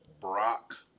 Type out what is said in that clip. Brock